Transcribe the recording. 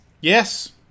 Yes